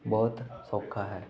ਬਹੁਤ ਸੌਖਾ ਹੈ